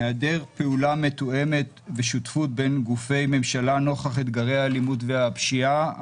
היעדר פעולה מתואמת בשותפות בין גופי ממשלה נוכח אתגרי האלימות והפשיעה.